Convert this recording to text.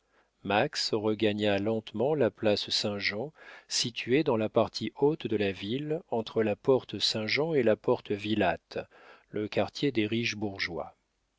max regagna lentement la place saint-jean située dans la partie haute de la ville entre la porte saint-jean et la porte villate le quartier des riches bourgeois